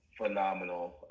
phenomenal